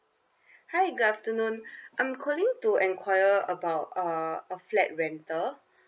hi good afternoon I'm calling to enquire about uh a flat rental